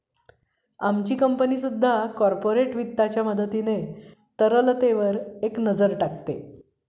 आमची कंपनी सुद्धा कॉर्पोरेट वित्ताच्या मदतीने तरलतेवर एक नजर टाकते